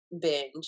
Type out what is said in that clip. binge